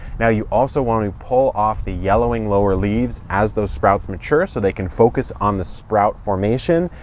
now you also want to pull off the yellowing lower leaves as those sprouts mature so they can focus on the sprout formation.